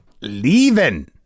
leaving